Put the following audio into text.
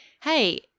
hey